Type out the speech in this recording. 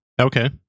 Okay